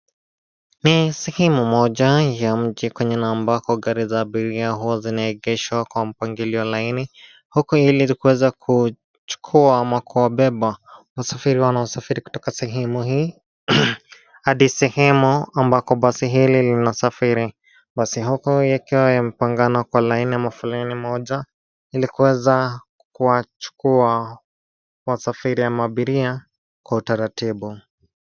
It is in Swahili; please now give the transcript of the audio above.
Ni sehemu moja ya mji kwenye na ambako gari za abiria huwa zinaegeshwa kwa mpangilio laini, huku likiweza kuchukua ama kuwabeba wasafiri wanaosafiri katika sehemu hii adi sehemu ambako basi hili linasafairi. Mabasi yakiwa yamepangana kwa laini ama foleni moja ili kuweza kuwachukua wasafiri ama abiria kwa utaratibu.